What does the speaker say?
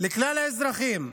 לכלל האזרחים.